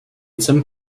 some